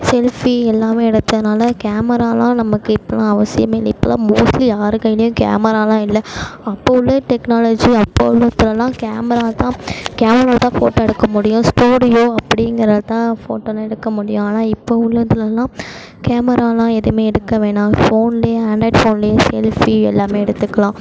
selfie எல்லாம் எடுத்ததினால கேமராலாம் நமக்கு இப்போல்லாம் அவசியம் இல்லை இப்போல்லாம் மோஸ்ட்லி யார் கைலேயும் கேமராலாம் இல்லை அப்போது உள்ள டெக்னாலஜி அப்போது உள்ளதுலலாம் கேமரா தான் கேமராவில் தான் ஃபோட்டோ எடுக்க முடியும் ஸ்டூடியோ அப்பிடிங்கிறதுதான் ஃபோட்டோலாம் எடுக்க முடியும் ஆனால் இப்போது உள்ளதுலலாம் கேமராலாம் எதையுமே எடுக்க வேணாம் ஃபோன்லேயே ஆண்ட்ராய்ட் போன்லேயே செல்ஃபி எல்லாம் எடுத்துக்கலாம்